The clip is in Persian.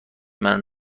منو